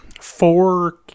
four